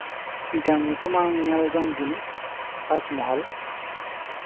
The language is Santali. ᱢᱤᱫᱴᱟᱱ ᱧᱩᱛᱩᱢᱟᱱ ᱧᱮᱞ ᱡᱚᱝ ᱡᱤᱱᱤᱥ ᱛᱟᱡᱢᱚᱦᱚᱞ